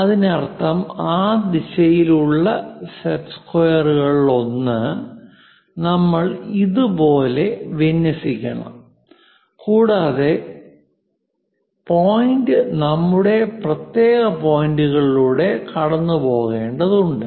അതിനർത്ഥം ആ ദിശയിലുള്ള സെറ്റ് സ്ക്വയറുകളിലൊന്ന് നമ്മൾ ഇതുപോലെയായി വിന്യസിക്കണം കൂടാതെ പോയിന്റ് നമ്മുടെ പ്രത്യേക പോയിന്റുകളിലൂടെ കടന്നുപോകേണ്ടതുണ്ട്